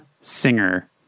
Singer